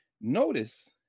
Notice